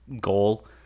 goal